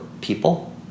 people